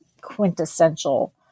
quintessential